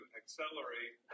accelerate